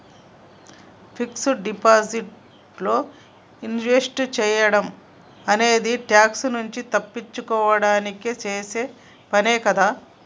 fixed deposit లో invest సేయడం అనేది ట్యాక్స్ నుంచి తప్పించుకోడానికి చేసే పనే కదా